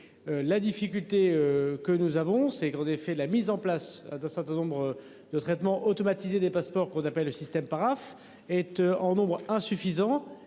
La difficulté que nous avons c'est qu'en effet la mise en place d'un certain nombre de traitement automatisé des passeports qu'on appelle le système paraphes et tu en nombre insuffisant